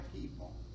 people